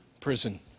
prison